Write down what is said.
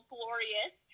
Glorious